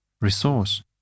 Resource